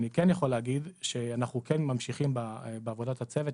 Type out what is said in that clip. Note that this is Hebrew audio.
אני יכול להגיד שאנחנו כן ממשיכים בעבודת הצוות.